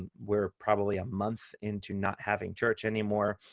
and we're probably a month into not having church anymore.